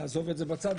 נעזוב את זה בצד.